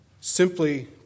simply